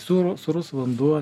sūrų sūrus vanduo